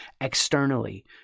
externally